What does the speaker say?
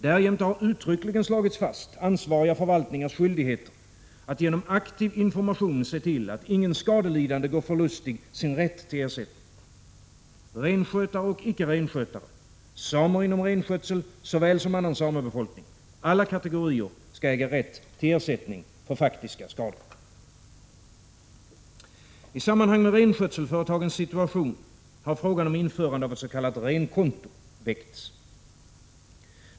Därjämte har uttryckligen slagits fast ansvariga förvaltningars skyldighet att genom aktiv information se till att ingen skadelidande går förlustig sin rätt till ersättning. Renskötare och icke-renskötare, samer inom renskötsel såväl som annan samebefolkning — alla kategorier skall äga rätt till ersättning för faktiska skador. I sammanhang med renskötselföretagens situation har frågan om införande av ett s.k. renkonto väckts.